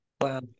Wow